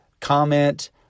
comment